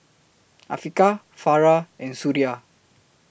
Afiqah Farah and Suria